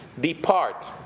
depart